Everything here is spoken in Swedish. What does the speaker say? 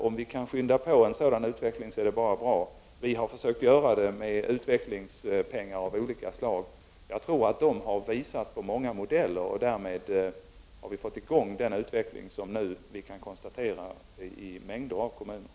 Om vi kan skynda på en sådan utveckling är det bara bra. Vi har försökt göra det med utvecklingspengar och olika beslut. Jag tror att de har visat på många modeller, och därmed har vi fått i gång den utveckling som vi nu kan konstatera i mängder av kommuner.